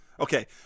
Okay